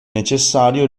necessario